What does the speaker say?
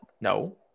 no